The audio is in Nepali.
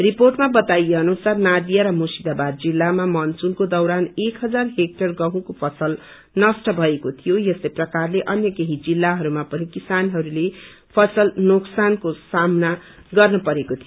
रिपोर्टमा बताईए अनुसार नादिया र मुर्शिदाबाद जिल्लामा मानसूनको दौरान एक हजार हेक्टेसर गहुको फसल नष्ट भएको थियो यस्तै प्रकारले अन्य केही जिल्लाहरूमा पनि किसानहरूले फसल नोकसानको सामना गर्न परेको थियो